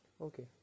okay